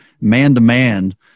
man-to-man